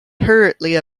hurriedly